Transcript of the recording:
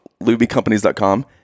lubycompanies.com